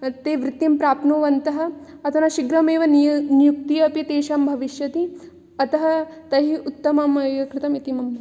ते वृत्तिं प्राप्नुवन्तः अधुना शीघ्रमेव निय् नियुक्तिः अपि तेषां भविष्यति अतः तैः उत्तममेव कृतम् इति मम मतम्